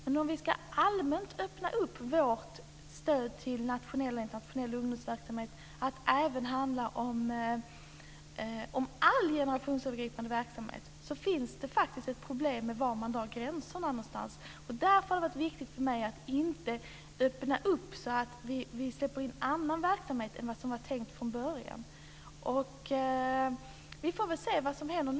Men om vi allmänt ska öppna vårt stöd till nationell och internationell ungdomsverksamhet till att handla om all generationsövergripande verksamhet finns det faktiskt ett problem med var man drar gränsen. Därför har det varit viktigt för mig att inte öppna det här och släppa in annan verksamhet än vad som var tänkt från början. Vi får väl se vad som händer.